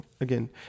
again